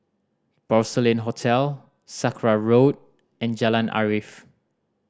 Porcelain Hotel Sakra Road and Jalan Arif